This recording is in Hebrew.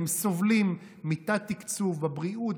הם סובלים מתת-תקצוב בבריאות,